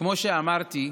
כמו שאמרתי,